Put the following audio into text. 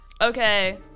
okay